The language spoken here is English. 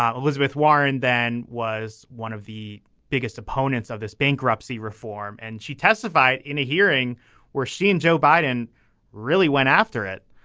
ah elizabeth warren then was one of the biggest opponents of this bankruptcy reform and she testified in a hearing where she and joe biden really went after it.